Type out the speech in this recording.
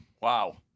Wow